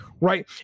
Right